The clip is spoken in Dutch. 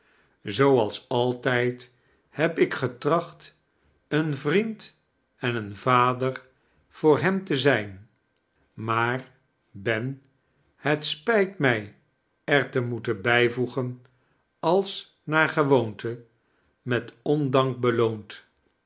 zooals altijd heb ik getracht een vriend en een vader voor hem te zijn maar ben het spijt mij er te moeten bijvoegen als naar gewoonte met oadank beloond